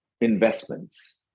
investments